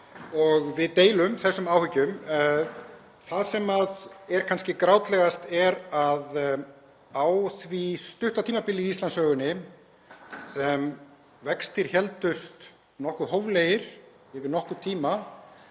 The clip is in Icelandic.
og við deilum þessum áhyggjum. Það sem er kannski grátlegast er að á því stutta tímabil í Íslandssögunni sem vextir héldust nokkuð hóflegir yfir nokkurn tíma